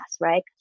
right